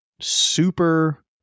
super